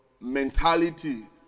mentality